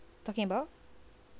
talking about